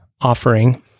offering